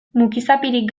mukizapirik